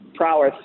prowess